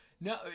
No